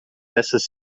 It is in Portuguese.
dessas